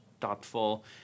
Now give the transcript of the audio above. thoughtful